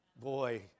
Boy